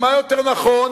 מה יותר נכון,